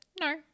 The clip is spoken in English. No